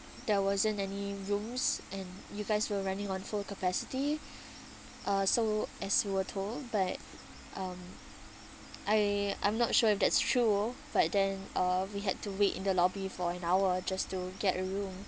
there wasn't any rooms and you guys were running on full capacity uh so as we were told but um I I'm not sure if that's true but then uh we had to wait in the lobby for an hour just to get a room